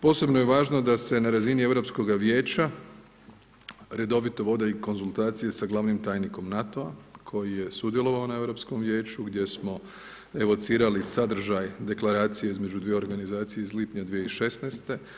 Posebno je važno da se na razini Europskoga vijeća redovito vode i konzultacije sa glavnim tajnikom NATO-a koji je sudjelovao na Europskom vijeću gdje smo evocirali sadržaj deklaracije između dviju organizacija iz lipnja 2016.